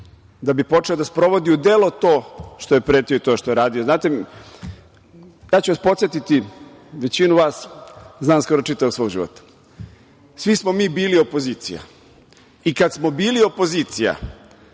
da bi počeo da sprovodi u delo to što je pretio i to što je radio. Znate, podsetiću vas, većinu vas znam skoro čitavog svog života, svi smo mi bili opozicija, i kad smo bili opozicija